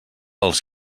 els